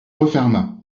referma